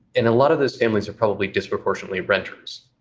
and a lot of those families are probably disproportionately renters.